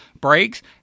breaks